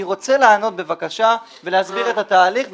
בבקשה, אני רוצה לענות ולהסביר את התהליך.